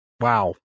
Wow